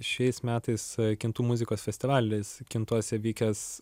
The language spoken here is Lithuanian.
šiais metais kintų muzikos festivalis kintuose vykęs